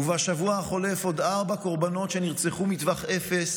ובשבוע החולף עוד ארבעה קורבנות שנרצחו מטווח אפס